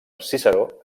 ciceró